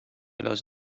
کلاس